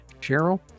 Cheryl